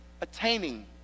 attaining